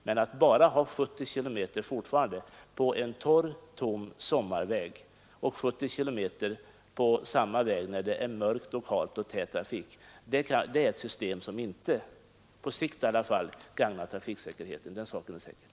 Men att fortfarande bara slentrianmässigt föreskriva 70 km tim på samma väg när det är mörkt, halt och tät trafik är ett system som inte gagnar trafiksäkerheten, i varje fall inte på sikt.